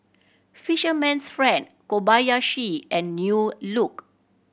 Fisherman's Friend Kobayashi and New Look